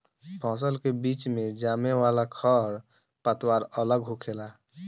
फसल के बीच मे जामे वाला खर पतवार अलग होखेला